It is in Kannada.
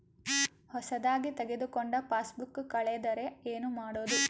ಹೊಸದಾಗಿ ತೆಗೆದುಕೊಂಡ ಪಾಸ್ಬುಕ್ ಕಳೆದರೆ ಏನು ಮಾಡೋದು?